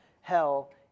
hell